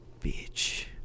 bitch